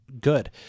good